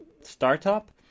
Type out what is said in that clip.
startup